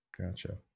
Gotcha